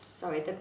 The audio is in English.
Sorry